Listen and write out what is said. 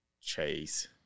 Chase